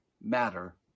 matter